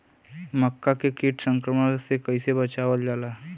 मक्का के कीट संक्रमण से कइसे बचावल जा?